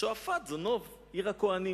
שועפאט זו נוב, עיר הכוהנים.